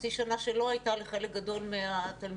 חצי שנה שלא הייתה לחלק גדול מהתלמידים,